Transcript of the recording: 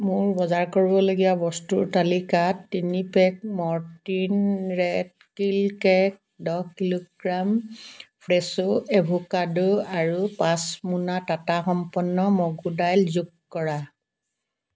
মোৰ বজাৰ কৰিবলগীয়া বস্তুৰ তালিকাত তিনি pack Mortein rat kill cake দহ কিলোগ্ৰাম ফ্ৰেছো এভোকাডো আৰু পাঁচ মোনা টাটা সম্পন্ন মগু দাইল যোগ কৰা